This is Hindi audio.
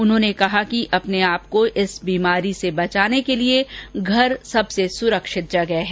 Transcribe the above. उन्होंने कहा कि अपने आपको इस बीमारी से बचाने के लिए घर सबसे सुरक्षित जगह है